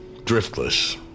driftless